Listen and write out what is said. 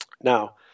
Now